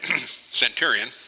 Centurion